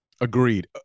Agreed